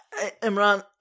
Imran